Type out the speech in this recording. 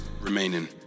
remaining